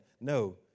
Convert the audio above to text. No